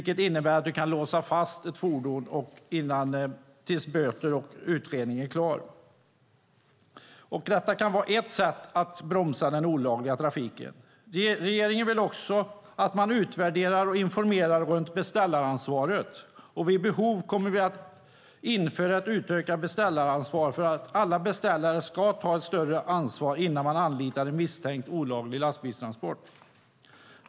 Det innebär att ett fordon kan låsas fast tills böterna är betalda och utredningen är klar. Det kan vara ett sätt att bromsa den olagliga trafiken. Regeringen vill också att man utvärderar och informerar runt beställaransvaret. Vid behov kommer vi att införa ett utökat beställaransvar, för att alla beställare ska ta ett större ansvar innan man anlitar en misstänkt olaglig lastbilstransport.